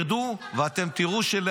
ואני מבקש מכם,